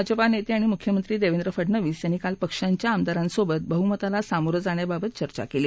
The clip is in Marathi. भाजपा नेते आणि मुख्यमंत्री देवेंद्र फडनवीस यांनी काल पक्षांच्या आमदारांसोबत बहुमताला सामोरे जाण्याबाबत चर्चा केली